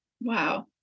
Wow